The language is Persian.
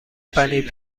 پنیر